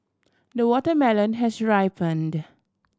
the watermelon has ripened